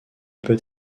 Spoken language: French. peut